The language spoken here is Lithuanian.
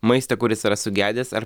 maistą kuris yra sugedęs ar